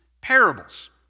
parables